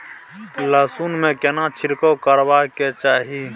लहसुन में केना छिरकाव करबा के चाही?